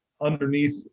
underneath